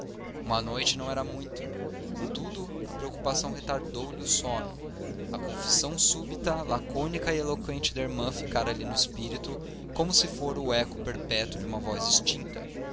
uma noite não era muito contudo a preocupação retardou lhe o sono a confissão súbita lacônica e eloqüente da irmã ficara-lhe no espírito como se fora o eco perpétuo de uma voz extinta